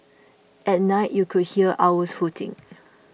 at night you could hear owls hooting